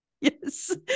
Yes